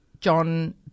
John